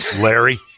Larry